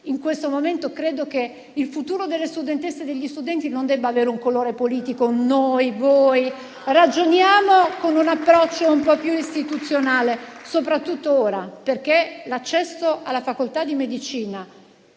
in questo momento il futuro delle studentesse e degli studenti non debba avere un colore politico, noi o voi. Ragioniamo con un approccio più istituzionale, soprattutto ora. L'accesso alla facoltà di medicina